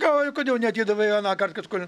galvoju kodėl neatidavei anąkart kad kur